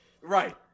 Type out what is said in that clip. Right